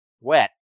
wet